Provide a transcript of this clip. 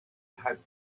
had